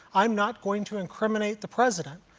i'm not going to incriminate the president.